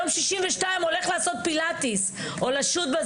היום 62 הולך לעשות פילטיס או לשוט.